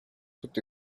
toutes